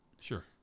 sure